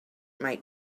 might